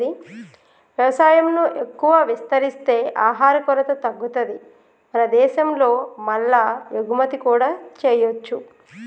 వ్యవసాయం ను ఎక్కువ విస్తరిస్తే ఆహార కొరత తగ్గుతది మన దేశం లో మల్ల ఎగుమతి కూడా చేయొచ్చు